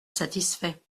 satisfait